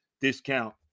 Discount